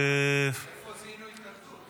איפה זיהינו התנגדות?